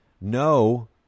no